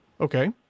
Okay